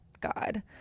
God